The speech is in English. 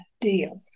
deal